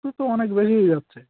ও তো অনেক বেশি হয়ে যাচ্ছে